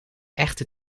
echte